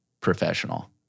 professional